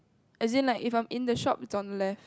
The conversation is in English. as in like if I'm in the shop it's on left